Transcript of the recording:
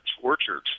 tortured